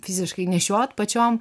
fiziškai nešiot pačiom